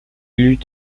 eut